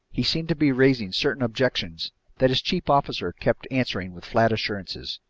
he seemed to be raising certain objections that his chief officer kept answering with flat assurances.